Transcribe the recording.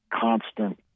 constant